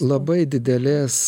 labai didelės